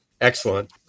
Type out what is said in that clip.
Excellent